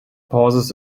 pauses